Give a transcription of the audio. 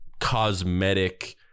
cosmetic